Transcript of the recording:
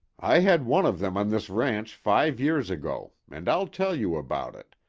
i had one of them on this ranch five years ago, and i'll tell you about it,